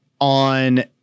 on –